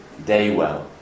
Daywell